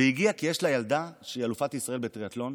היא הגיעה כי יש לה ילדה שהיא אלופת ישראל בטריאטלון,